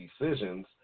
decisions